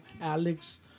Alex